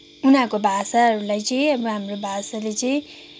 उनीहरूको भाषाहरूलाई चाहिँ अब हाम्रो भाषाले चाहिँ